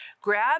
grab